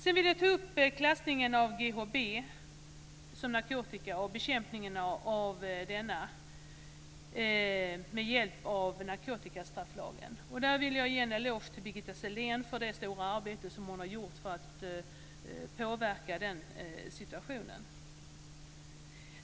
Jag vill också ta upp klassningen av GHB som narkotika och bekämpningen av detta med hjälp av narkotikastrafflagen. Jag vill ge en eloge till Birgitta Sellén för det stora arbete som hon har gjort för att påverka den situationen.